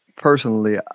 personally